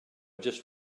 just